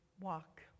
walk